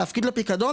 להפקיד לפיקדון.